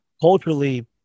Culturally